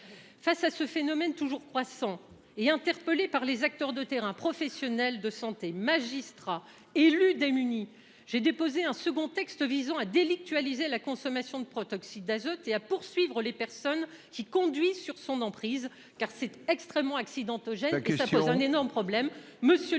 Face à ce phénomène toujours croissant et interpellé par les acteurs de terrains professionnels de santé magistrats élus démunis. J'ai déposé un second texte visant à délictuel lisait la consommation de protoxyde d'azote et à poursuivre les personnes qui conduit sur son emprise car c'est extrêmement accidentogène que cela pose un énorme problème.